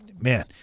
man –